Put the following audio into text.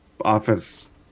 office